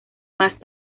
más